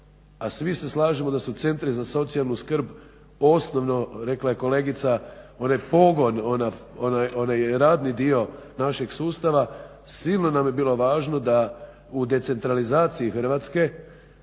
a svi se slažemo da su centri za socijalnu skrb osnovno rekla je kolegica onaj pogon, onaj radni dio našeg sustava. Silno nam je bilo važno da u decentralizaciji Hrvatske